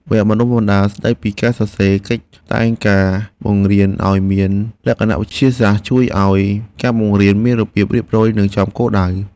វគ្គបណ្តុះបណ្តាលស្តីពីការសរសេរកិច្ចតែងការបង្រៀនឱ្យមានលក្ខណៈវិទ្យាសាស្ត្រជួយឱ្យការបង្រៀនមានរបៀបរៀបរយនិងចំគោលដៅ។